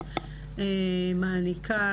עינינו.